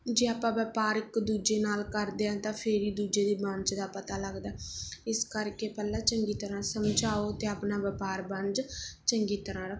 ਜੇ ਆਪਾਂ ਵਪਾਰ ਇੱਕ ਦੂਜੇ ਨਾਲ ਕਰਦੇ ਹਾਂ ਤਾਂ ਫਿਰ ਹੀ ਦੂਜੇ ਦੇ ਮੰਚ ਦਾ ਪਤਾ ਲੱਗਦਾ ਇਸ ਕਰਕੇ ਪਹਿਲਾਂ ਚੰਗੀ ਤਰ੍ਹਾਂ ਸਮਝਾਓ ਅਤੇ ਆਪਣਾ ਵਪਾਰ ਵਣਜ ਚੰਗੀ ਤਰ੍ਹਾਂ ਰੱਖੋ